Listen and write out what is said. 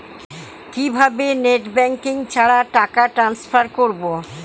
কিভাবে net banking ছাড়া টাকা টান্সফার করব?